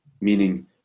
meaning